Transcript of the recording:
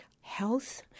health